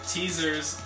Teasers